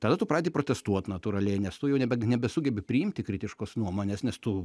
tada tu pradedi protestuot natūraliai nes tu jau nebe nebesugebi priimti kritiškos nuomonės nes tu